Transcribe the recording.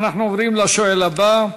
אנחנו עוברים לשואל הבא,